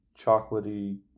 chocolatey